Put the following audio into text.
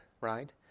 right